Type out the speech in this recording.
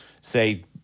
say